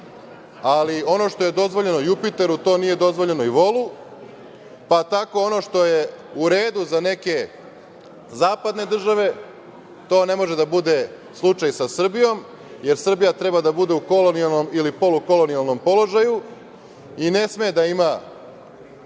zemalja? Ono što je dozvoljeno Jupiteru, to nije dozvoljeno i volu, pa tako ono što je u redu za neke zapadne države, to ne može da bude slučaj sa Srbijom, jer Srbija treba da bude u kolonijalnom ili polukolonijalnom položaju i ne sme da ima